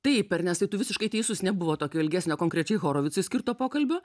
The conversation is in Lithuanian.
taip ernestai tu visiškai teisus nebuvo tokio ilgesnio konkrečiai horovicui skirto pokalbio